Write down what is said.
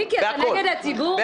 מיקי, אתה נגד הציבור?